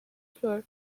floor